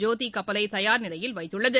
ஜோதி கப்பலை தயார் நிலையில் வைத்துள்ளது